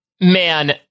Man